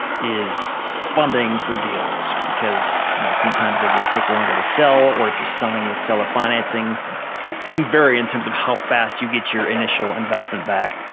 is funding for deals because you know sometimes they just take longer to sell, or if you're selling with seller financing it can vary in terms of how fast you get your initial investment back.